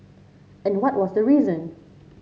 and what was the reason